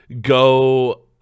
go